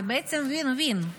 זה בעצם win-win.